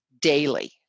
daily